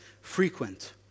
frequent